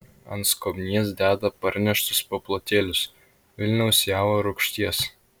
ant skobnies deda parneštus paplotėlius vilniaus javo rūgšties